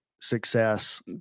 success